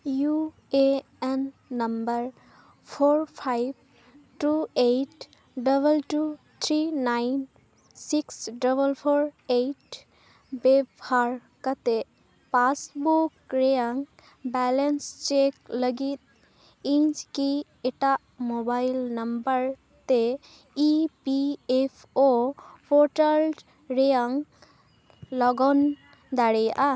U A N number four five two eight double two three nine six double four eight ᱵᱮᱵᱷᱟᱨ ᱠᱟᱛᱮᱫ passbook ᱨᱮᱱᱟᱜ balance check ᱞᱟᱹᱜᱤᱫ ᱤᱧᱠᱤ ᱮᱴᱟᱜ mobile number ᱛᱮ E P F O portal ᱨᱮᱱᱟᱜ login ᱫᱟᱲᱮᱭᱟᱜᱼᱟ